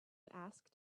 asked